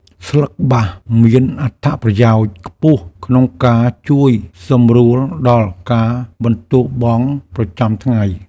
ស្លឹកបាសមានអត្ថប្រយោជន៍ខ្ពស់ក្នុងការជួយសម្រួលដល់ការបន្ទោរបង់ប្រចាំថ្ងៃ។